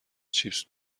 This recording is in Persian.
چیپس